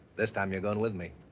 this time you're going with me.